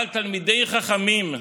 אבל תלמידי חכמים,